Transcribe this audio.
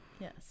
Yes